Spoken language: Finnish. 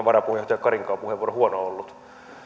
varapuheenjohtaja karinkaan puheenvuoro huono ollut